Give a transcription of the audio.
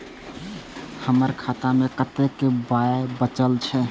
हमर खाता मे कतैक पाय बचल छै